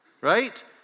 right